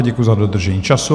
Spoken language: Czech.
Děkuji za dodržení času.